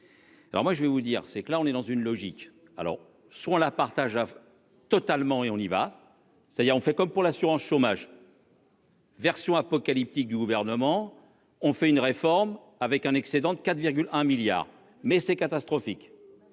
Alors moi je vais vous dire c'est que là on est dans une logique alors soit la partage. Totalement et on y va. C'est-à-dire on fait comme pour l'assurance chômage. Version apocalyptique du gouvernement. On fait une réforme avec un excédent de 4,1 milliards mais c'est catastrophique.